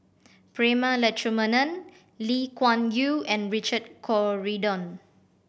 Prema Letchumanan Lee Kuan Yew and Richard Corridon